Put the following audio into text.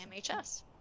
MHS